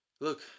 look